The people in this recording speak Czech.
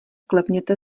klepněte